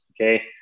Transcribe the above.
Okay